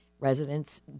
residents